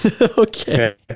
Okay